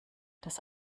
das